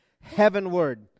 heavenward